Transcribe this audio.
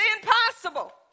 impossible